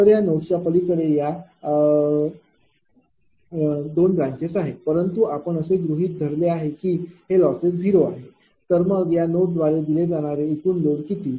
तर या नोडच्या पलीकडे या 2 ब्रांचेस आहेत परंतु आपण असे गृहित धरले आहे की लॉसेस हे 0 आहेत तर मग या नोडद्वारे दिले जाणारे एकूण लोड किती